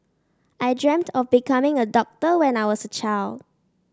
I dreamt of becoming a doctor when I was a child